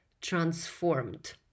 transformed